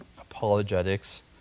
apologetics